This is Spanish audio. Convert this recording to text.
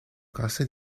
casa